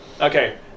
Okay